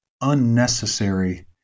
unnecessary